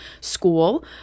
school